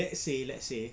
let's say let's say